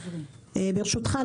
ברשותך,